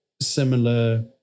similar